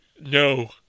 No